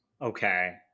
okay